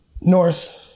north